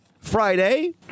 Friday